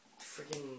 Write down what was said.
freaking